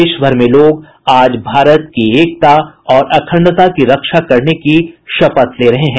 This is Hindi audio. देशभर में लोग आज भारत की एकता और अखंडता की रक्षा करने की शपथ ले रहे हैं